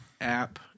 app